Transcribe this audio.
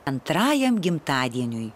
antrajam gimtadieniui